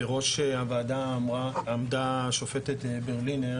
בראש הוועדה עמדה השופטת ברלינר,